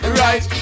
right